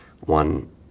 one